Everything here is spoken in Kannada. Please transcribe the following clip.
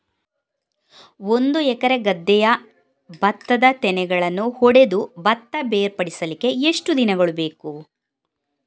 ಒಂದು ಎಕರೆ ಗದ್ದೆಯ ಭತ್ತದ ತೆನೆಗಳನ್ನು ಹೊಡೆದು ಭತ್ತ ಬೇರ್ಪಡಿಸಲಿಕ್ಕೆ ಎಷ್ಟು ದಿನಗಳು ಬೇಕು?